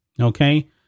Okay